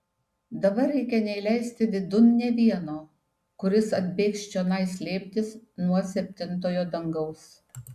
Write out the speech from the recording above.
dabar reikia neįleisti vidun nė vieno kuris atbėgs čionai slėptis nuo septintojo dangaus